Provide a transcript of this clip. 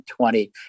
20